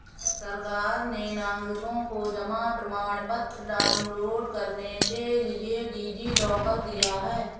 सरकार ने नागरिकों को जमा प्रमाण पत्र डाउनलोड करने के लिए डी.जी लॉकर दिया है